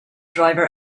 driver